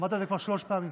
אמרת את זה כבר שלוש פעמים.